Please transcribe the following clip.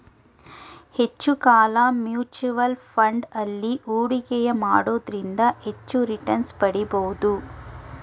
ಹೆಚ್ಚು ಕಾಲ mutual fund ಅಲ್ಲಿ ಹೂಡಿಕೆಯ ಮಾಡೋದ್ರಿಂದ ಹೆಚ್ಚು ರಿಟನ್ಸ್ ಪಡಿಬೋದು